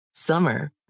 Summer